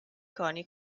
coni